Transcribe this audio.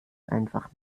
einfach